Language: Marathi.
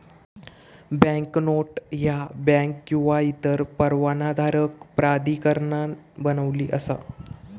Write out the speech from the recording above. बँकनोट ह्या बँक किंवा इतर परवानाधारक प्राधिकरणान बनविली असा